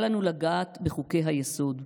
אל לנו לגעת בחוקי היסוד,